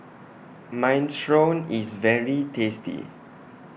Minestrone IS very tasty